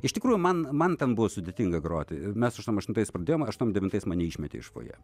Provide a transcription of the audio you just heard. iš tikrųjų man man ten buvo sudėtinga groti mes aštuoniasdešimt aštuntais pradėjom aštuoniasdešimt devintais mane išmetė iš fojė